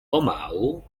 pomału